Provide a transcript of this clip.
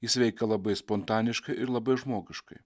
jis veikia labai spontaniškai ir labai žmogiškai